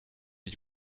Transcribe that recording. met